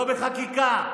לא בחקיקה,